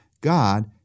God